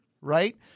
right